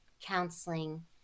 counseling